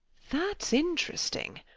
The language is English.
thats interesting.